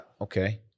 Okay